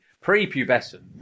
pre-pubescent